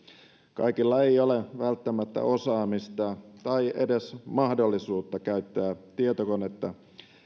kaikilla ei ole välttämättä osaamista tai edes mahdollisuutta käyttää tietokonetta